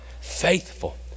faithful